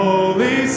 Holy